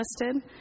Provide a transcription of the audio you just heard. listed